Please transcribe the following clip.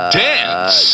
dance